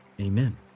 amen